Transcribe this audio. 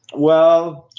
well,